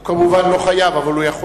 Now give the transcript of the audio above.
הוא כמובן לא חייב, אבל הוא יכול.